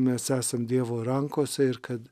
mes esam dievo rankose ir kad